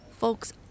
Folks